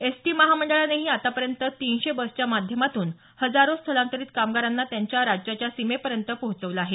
ST महामंडळानेही आतापर्यंत तीनशे बसच्या माध्यमातून हजारो स्थलांतरित कामगारांना त्यांच्या राज्याच्या सीमेपर्यंत पोहोचवलं आहे